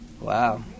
Wow